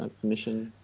ah permission?